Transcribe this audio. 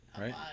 Right